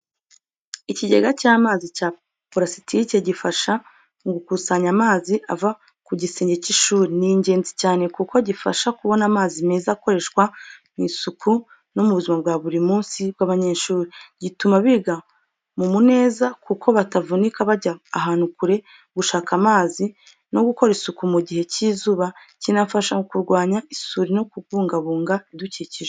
Ikigega cy’amazi cya purasitike gifasha mu gukusanya amazi ava ku gisenge cy’ishuri, ni ingenzi cyane kuko gifasha kubona amazi meza akoreshwa mu isuku no mu buzima bwa buri munsi bw’abanyeshuri. Gituma biga mu neza kuko batavunika bajya ahantu kure gushaka amazi yo gukora isuku mu gihe cy'izuba. Kinafasha mu kurwanya isuri no kubungabunga ibidukikije.